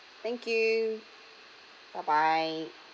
thank you bye bye